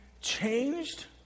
changed